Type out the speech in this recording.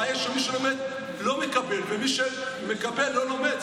הבעיה שמי שלומד לא מקבל, ומי שמקבל לא לומד.